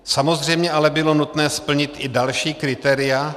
Samozřejmě ale bylo nutné splnit i další kritéria.